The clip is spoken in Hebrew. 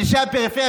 אנשי הפריפריה,